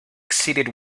exceeded